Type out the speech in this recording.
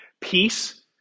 Peace